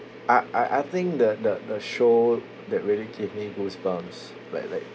I I I think the the the show that really give me goosebumps like like